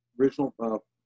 original